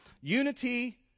Unity